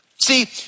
See